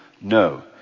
No